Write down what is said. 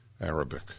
Arabic